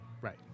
Right